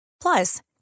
Plus